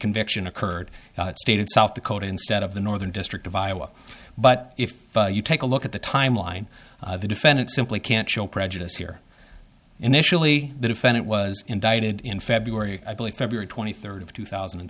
conviction occurred stated south dakota instead of the northern district of iowa but if you take a look at the timeline the defendant simply can't show prejudice here initially the defendant was indicted in february i believe february twenty third of two thousand and